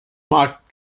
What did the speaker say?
markt